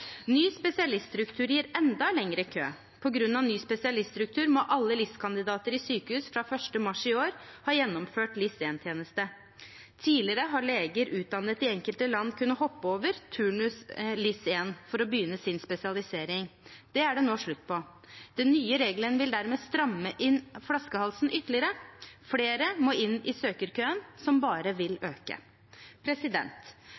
Ny spesialiststruktur gir enda lengre kø. På grunn av ny spesialiststruktur må alle LIS-kandidater i sykehus fra 1. mars i år ha gjennomført LIS1-tjeneste. Tidligere har leger utdannet i enkelte land kunnet hoppe over turnus LIS1 for å begynne sin spesialisering. Det er det nå slutt på. Den nye regelen vil dermed stramme inn flaskehalsen ytterligere, og flere må inn i søkerkøen, som bare vil